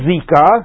Zika